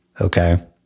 Okay